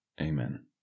Amen